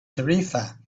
tarifa